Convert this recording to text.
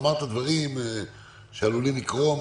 אמרת דברים שעלולים לקרות,